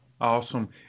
awesome